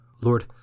Lord